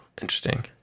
interesting